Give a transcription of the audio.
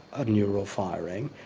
a neural firing,